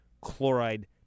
chloride